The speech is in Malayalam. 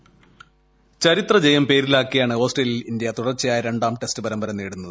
വോയ്സ് ചരിത്രജയം പേരിലാക്കിയാണ് ഓസ്ട്രേലിയയിൽ ഇന്ത്യ തുടർച്ചയായ രണ്ടാം ടെസ്റ്റ് പരമ്പര നേടുന്നത്